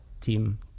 team